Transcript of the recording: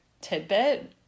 tidbit